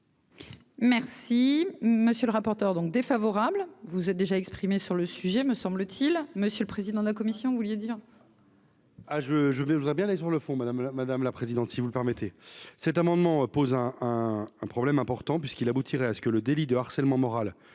Merci, monsieur le rapporteur, donc défavorable, vous êtes déjà exprimé sur le sujet, me semble-t-il, monsieur le président de la commission, vous vouliez dire. Ah je je ne voudrais bien et sur le fond, madame la madame la présidente, si vous le permettez, cet amendement pose un un problème important puisqu'il aboutirait à ce que le délit de harcèlement moral